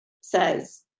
says